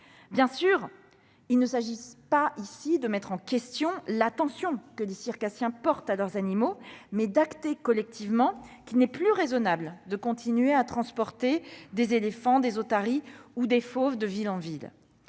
Bien entendu, il ne s'agit pas de mettre en question l'attention que les circassiens portent à leurs animaux. Il s'agit d'acter collectivement qu'il n'est plus raisonnable de continuer à transporter des éléphants, des otaries ou des fauves de ville en ville.